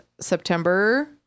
September